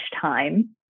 time